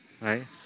right